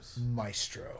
Maestro